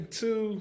two